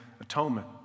atonement